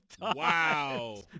wow